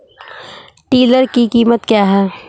Tiller की कीमत क्या है?